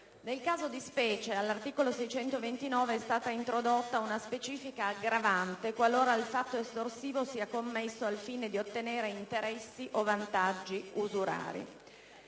Nel caso in specie, all'articolo 629 è stata introdotta una specifica aggravante qualora il fatto estorsivo sia commesso al fine di ottenere interessi o vantaggi usurari.